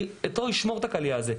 אני פה אשמור את הקליע הזה,